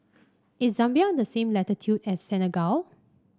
is Zambia on the same latitude as Senegal